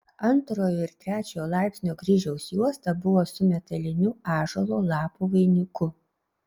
antrojo ir trečiojo laipsnio kryžiaus juosta buvo su metaliniu ąžuolo lapų vainiku